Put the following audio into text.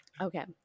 Okay